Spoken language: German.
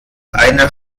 einer